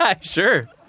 Sure